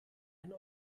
ein